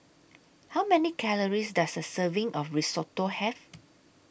How Many Calories Does A Serving of Risotto Have